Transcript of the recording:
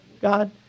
God